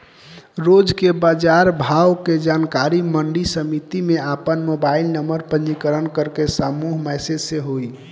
रोज के बाजार भाव के जानकारी मंडी समिति में आपन मोबाइल नंबर पंजीयन करके समूह मैसेज से होई?